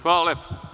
Hvala lepo.